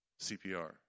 CPR